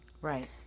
Right